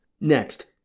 Next